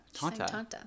Tanta